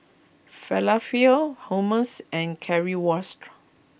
Falafel Hummus and Currywurst